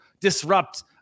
disrupt